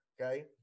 okay